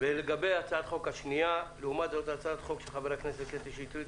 לגבי הצעת החוק השנייה לעומת זאת ההצעה של חברי הכנסת קטי שטרית,